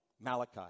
Malachi